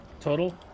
total